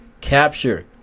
Capture